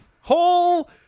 Whole